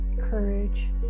courage